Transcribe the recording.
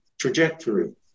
trajectory